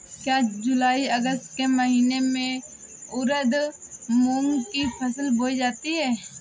क्या जूलाई अगस्त के महीने में उर्द मूंग की फसल बोई जाती है?